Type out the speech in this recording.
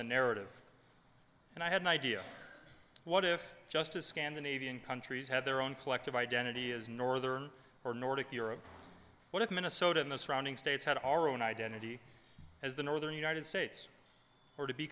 the narrative and i had no idea what if just a scandinavian countries had their own collective identity as northern or nordic europe what minnesota and the surrounding states had our own identity as the northern united states or to be